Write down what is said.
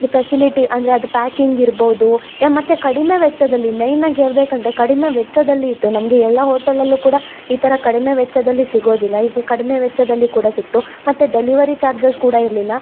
facility ಅಂದರೆ ಅದು packing ಇರ್ಬೌದು ಯ ಮತ್ತು ಕಡಿಮೆ ವೆಚ್ಚದಲ್ಲಿ ಮೆಯ್ನಾಗಿ ಹೇಳ್ಬೇಕಂದ್ರೆ ಕಡಿಮೆ ವೆಚ್ಚದಲ್ಲಿ ಇತ್ತು ನಮಗೆ ಎಲ್ಲ ಹೋಟೆಲಲ್ಲೂ ಕೂಡ ಈ ಥರ ಕಡಿಮೆ ವೆಚ್ಚದಲ್ಲಿ ಸಿಗೋದಿಲ್ಲ ಈಗ ಕಡಿಮೆ ವೆಚ್ಚದಲ್ಲಿ ಕೂಡ ಸಿಕ್ಕಿತು ಮತ್ತು ಡೆಲಿವರಿ ಚಾರ್ಜಸ್ ಕೂಡ ಇರಲಿಲ್ಲ